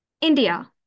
India